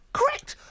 Correct